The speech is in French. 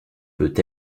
peut